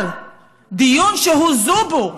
אבל דיון שהוא זובור,